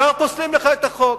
כבר פוסלים לך את החוק.